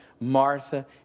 Martha